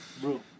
bro